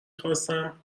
خواستم